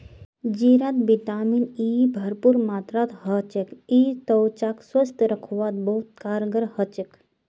जीरात vitamin E भरपूर मात्रात ह छेक यई त्वचाक स्वस्थ रखवात बहुत कारगर ह छेक